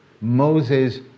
Moses